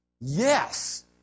yes